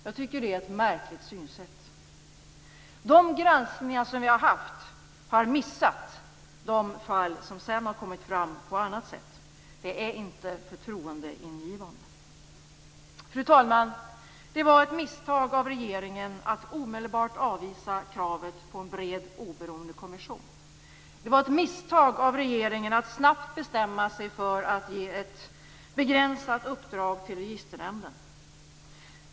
Jag tycker det är ett märkligt synsätt. De granskningar som vi har haft har missat de fall som sedan har kommit fram på annat sätt. Det är inte förtroendeingivande. Fru talman! Det var ett misstag av regeringen att omedelbart avvisa kravet på en bred oberoende kommission. Det var ett misstag av regeringen att snabbt bestämma sig för att ge ett begränsat uppdrag till Registernämnden.